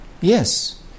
Yes